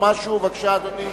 בבקשה, אדוני.